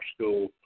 school